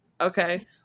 Okay